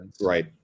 Right